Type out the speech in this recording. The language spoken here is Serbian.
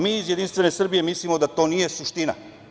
Mi iz Jedinstvene Srbije mislimo da to nije suština.